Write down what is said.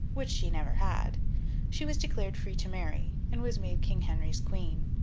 which she never had she was declared free to marry, and was made king henry's queen.